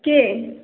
के